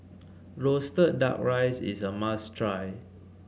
roasted duck rice is a must try